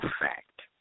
fact